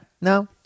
No